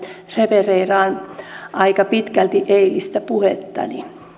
refereeraan aika pitkälti eilistä puhettani